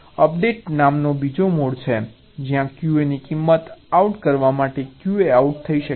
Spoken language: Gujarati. અપડેટ નામનો બીજો મોડ છે જ્યાં QA ની કિંમત આઉટ કરવા માટે QA આઉટ થઈ શકે છે